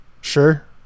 sure